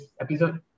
episode